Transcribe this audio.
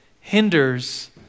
hinders